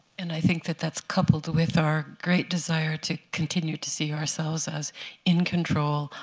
and i think that that's coupled with our great desire to continue to see ourselves as in control,